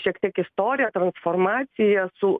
šiek tiek istorija transformacija su